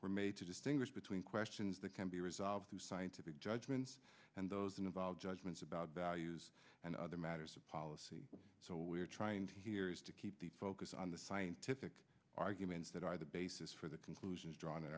were made to distinguish between questions that can be resolved through scientific judgments and those involve judgments about values and other matters of policy so we're trying to here is to keep the focus on the scientific arguments that are the basis for the conclusions drawn a